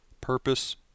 Purpose